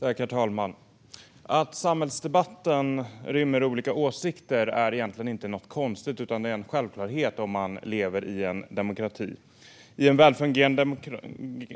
Herr talman! Att samhällsdebatten rymmer olika åsikter är egentligen inte något konstigt. Det är en självklarhet om man lever i en demokrati. I en välfungerande